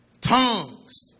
Tongues